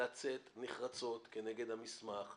לצאת נחרצות כנגד המסמך,